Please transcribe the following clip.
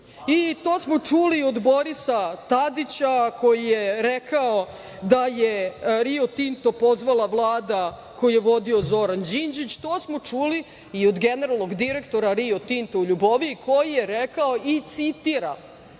I to smo čuli od Borisa Tadića, koji je rekao da je Rio Tinto pozvala Vlada koju je vodio Zoran Đinđić, to smo čuli i od generalnog direktora Rio Tinta u Ljuboviji, koji je rekao, citiram